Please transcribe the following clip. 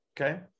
Okay